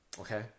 Okay